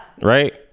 Right